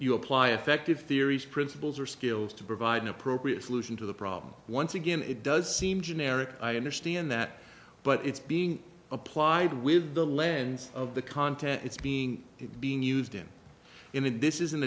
you apply effective theories principles or skills to provide an appropriate solution to the problem once again it does seem generic i understand that but it's being applied with the lens of the content it's being being used in in this is